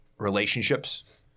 Relationships